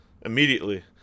immediately